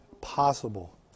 possible